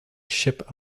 ship